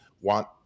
want